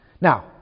Now